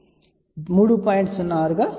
06 గా ఉంది